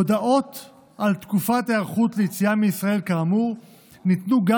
הודעות על תקופת היערכות ליציאה מישראל כאמור ניתנו גם